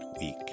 week